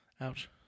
Ouch